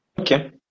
Okay